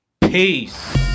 Peace